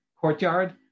courtyard